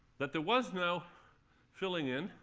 that there was no filling-in